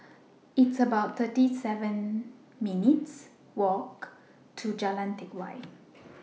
It's about thirty seven minutes' Walk to Jalan Teck Whye